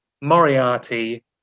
Moriarty